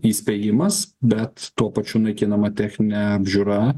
įspėjimas bet tuo pačiu naikinama techninė apžiūra